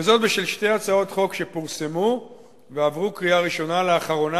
וזאת בשל שתי הצעות חוק שפורסמו ועברו קריאה ראשונה לאחרונה,